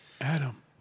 Adam